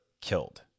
killed